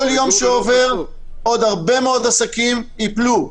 כל יום שעובר עוד הרבה מאוד עסקים ייפלו.